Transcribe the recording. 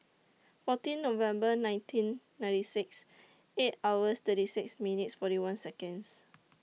fourteen November nineteen ninety six eight hours thirty six minutes forty one Seconds